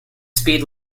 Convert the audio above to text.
speed